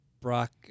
Brock